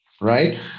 Right